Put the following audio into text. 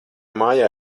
mājā